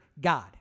god